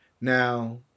Now